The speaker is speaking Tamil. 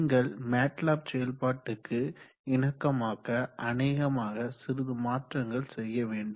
நீங்கள் மேட்லேப் செயல்பாட்டுக்கு இணக்கமாக்க அநேகமாக சிறிது மாற்றங்கள் செய்ய வேண்டும்